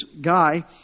guy